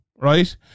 right